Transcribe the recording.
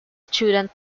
student